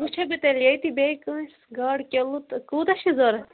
وُچھے بہٕ تیٚلہِ ییٚتہِ بیٚیہِ کٲنسہِ گإ کِلو تہٕ کوٗتاہ چھُے ضروٗرت